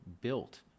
built